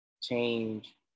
change